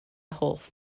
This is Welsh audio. hoff